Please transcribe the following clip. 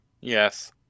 Yes